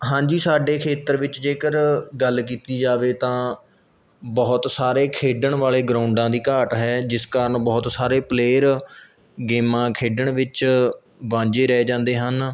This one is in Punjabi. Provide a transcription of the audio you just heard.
ਹਾਂਜੀ ਸਾਡੇ ਖੇਤਰ ਵਿੱਚ ਜੇਕਰ ਗੱਲ ਕੀਤੀ ਜਾਵੇ ਤਾਂ ਬਹੁਤ ਸਾਰੇ ਖੇਡਣ ਵਾਲੇ ਗਰਾਊਂਡਾਂ ਦੀ ਘਾਟ ਹੈ ਜਿਸ ਕਾਰਨ ਬਹੁਤ ਸਾਰੇ ਪਲੇਅਰ ਗੇਮਾਂ ਖੇਡਣ ਵਿੱਚ ਵਾਂਝੇ ਰਹਿ ਜਾਂਦੇ ਹਨ